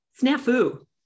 Snafu